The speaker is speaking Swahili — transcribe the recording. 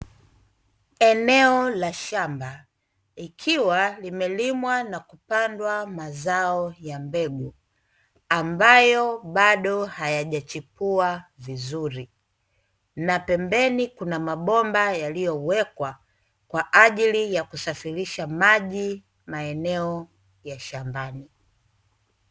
Eneo la shamba likiwa limelimwa na kupandwa mazao ya mbegu ambayo bado hayajachipua vizuri, na pembeni kuna mabomba yaliyowekwa kwa ajili ya kusafirisha maji maeneo ya shambani.